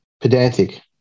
pedantic